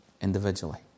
individually